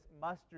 mustard